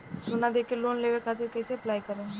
सोना देके लोन लेवे खातिर कैसे अप्लाई करम?